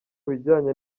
bijyanye